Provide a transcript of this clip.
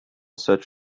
such